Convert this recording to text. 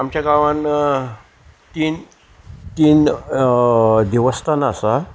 आमच्या गांवान तीन तीन देवस्थानां आसात